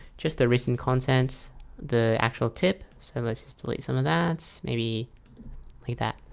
just the recent contents the actual tip, so let's just delete some of that maybe like that,